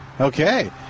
Okay